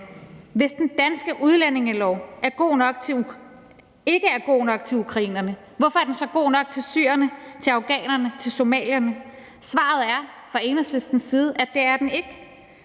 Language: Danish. Hvis den danske udlændingelov ikke er god nok til ukrainerne, hvorfor er den så god nok til syrerne, til afghanerne, til somalierne? Svaret er fra Enhedslistens